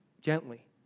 gently